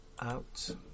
Out